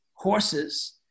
horses